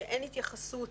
שאין התייחסות